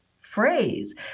phrase